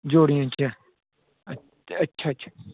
ज्यौड़ियाॅं च गै अच्छा अच्छा